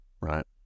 right